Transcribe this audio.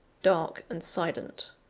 dark and silent.